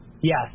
Yes